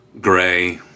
gray